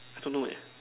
I don't know eh